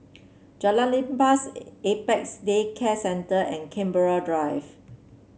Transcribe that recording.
Jalan Lepas Apex Day Care Centre and Canberra Drive